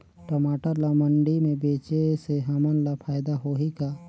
टमाटर ला मंडी मे बेचे से हमन ला फायदा होही का?